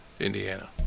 Indiana